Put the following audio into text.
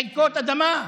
חלקות אדמה,